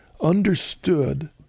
understood